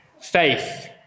faith